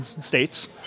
states